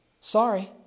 Sorry